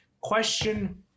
Question